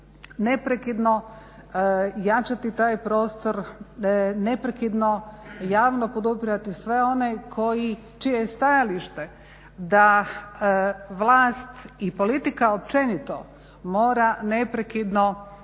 neprekidno jačati taj prostor, neprekidno javno podupirati sve one koji, čije je stajalište da vlast i politika općenito mora neprekidno